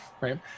right